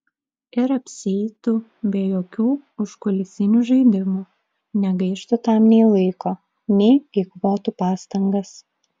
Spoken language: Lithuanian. ir apsieitų be jokių užkulisinių žaidimų negaištų tam nei laiko nei eikvotų pastangas